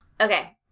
Okay